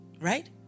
right